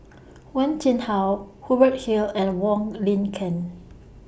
Wen Jinhua Hubert Hill and Wong Lin Ken